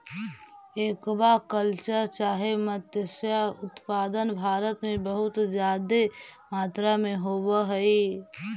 aqua culture चाहे मत्स्य उत्पादन भारत में बहुत जादे मात्रा में होब हई